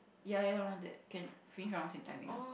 ya around that can finish around same timing ah